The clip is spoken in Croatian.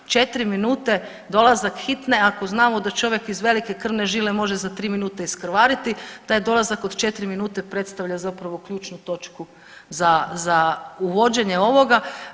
4 minute dolazak hitne, ako znamo da čovjek iz velike krvne žile može za 3 minute iskrvariti, da je dolazak od 4 minute predstavlja zapravo ključnu točku za uvođenje ovoga.